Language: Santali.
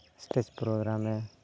ᱥᱴᱮᱪ ᱯᱨᱳᱜᱨᱟᱢ ᱨᱮ